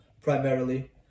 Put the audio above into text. primarily